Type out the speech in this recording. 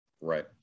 Right